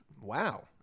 Wow